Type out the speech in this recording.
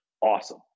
awesome